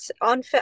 on